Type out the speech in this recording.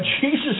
Jesus